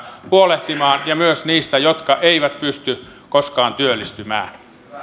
huolehtimaan ja myös niistä jotka eivät pysty koskaan työllistymään